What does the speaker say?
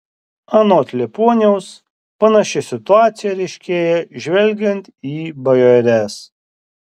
anot liepuoniaus panaši situacija ryškėja žvelgiant į bajores